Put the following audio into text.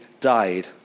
died